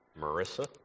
Marissa